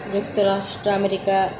ଯୁକ୍ତରାଷ୍ଟ୍ର ଆମେରିକା